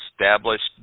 established